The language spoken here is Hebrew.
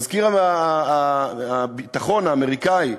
מזכיר הביטחון האמריקני,